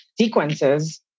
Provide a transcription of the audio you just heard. sequences